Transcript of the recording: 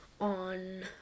on